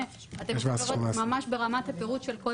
אתם יכולים לראות ממש ברמת הפירוט של כל